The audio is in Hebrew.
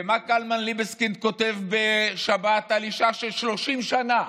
ומה קלמן ליבסקינד כותב בשבת על אישה ש-30 שנה